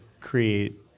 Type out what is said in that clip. create